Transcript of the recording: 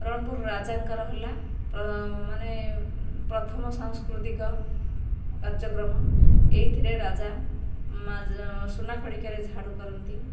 ରଣପୁର ରାଜାଙ୍କର ହେଲା ମାନେ ପ୍ରଥମ ସାଂସ୍କୃତିକ କାର୍ଯ୍ୟକ୍ରମ ଏହିଥିରେ ରାଜା ସୁନା ଖଡ଼ିକାରେ ଝାଡ଼ୁ କରନ୍ତି